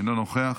אינו נוכח,